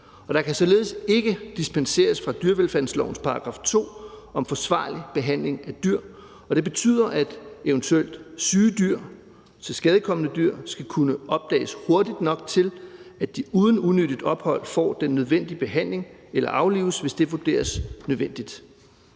der kan således ikke dispenseres fra dyrevelfærdslovens § 2 om forsvarlig behandling af dyr, og det betyder, at eventuelle syge dyr eller tilskadekomne dyr skal kunne opdages hurtigt nok til, at de uden unødigt ophold får den nødvendige behandling eller aflives, hvis det vurderes nødvendigt.